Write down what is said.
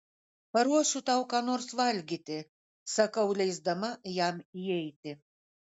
paruošiu tau ką nors valgyti sakau leisdama jam įeiti